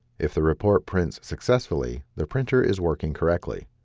if the report prints successfully, the printer is working correctly.